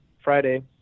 Friday